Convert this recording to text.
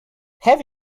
have